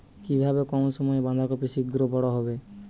কিভাবে কম সময়ে বাঁধাকপি শিঘ্র বড় হবে?